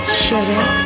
sugar